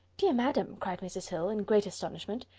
dear madam, cried mrs. hill, in great astonishment,